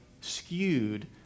skewed